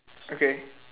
okay